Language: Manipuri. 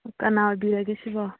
ꯀꯅꯥ ꯑꯣꯏꯕꯤꯔꯒꯦ ꯁꯤꯕꯣ